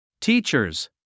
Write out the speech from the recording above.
Teachers